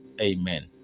Amen